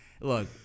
Look